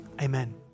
Amen